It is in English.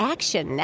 Action